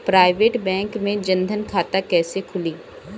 Private bank मे जन धन खाता कैसे खुली?